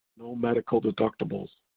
no medical deductibles,